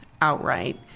outright